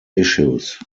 issues